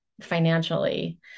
financially